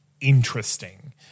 interesting